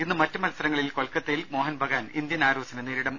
ഇന്ന് മറ്റു മത്സരങ്ങളിൽ കൊൽക്കത്തയിൽ മോഹൻ ബഗാൻ ഇന്ത്യൻ ആരോസിനെ നേരിടും